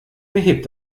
behebt